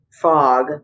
fog